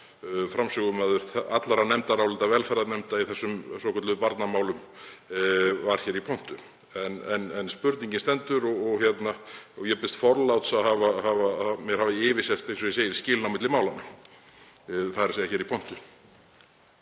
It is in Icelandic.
framsögumaður allra nefndarálita velferðarnefndar í þessum svokölluðu barnamálum var hér í pontu. En spurningin stendur og ég biðst forláts að mér hafi yfirsést, eins og ég segi, skilin á milli málanna, þ.e. hér í pontu.